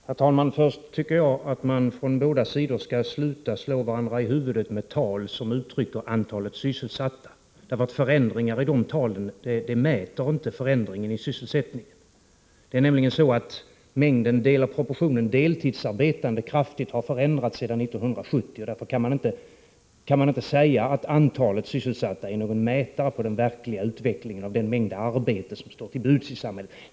Herr talman! Först tycker jag att man från båda sidor skall sluta att slå varandra i huvudet med tal som uttrycker antalet sysselsatta. Förändringar av dessa tal mäter inte förändringen i sysselsättningen. Det är nämligen så, att proportionen deltidsarbetande har förändrats kraftigt sedan 1970, och därför kan man inte säga att antalet sysselsatta är någon mätare på den verkliga utvecklingen av den mängd arbete som står till buds i samhället.